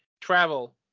travel